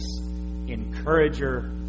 encourager